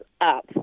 up